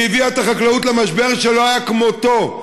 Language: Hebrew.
ושהביאה את החקלאות למשבר שלא היה כמותו,